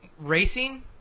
racing